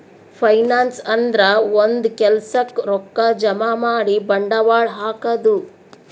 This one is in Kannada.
ಫೈನಾನ್ಸ್ ಅಂದ್ರ ಒಂದ್ ಕೆಲ್ಸಕ್ಕ್ ರೊಕ್ಕಾ ಜಮಾ ಮಾಡಿ ಬಂಡವಾಳ್ ಹಾಕದು